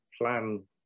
plan